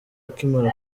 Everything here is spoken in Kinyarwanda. akimara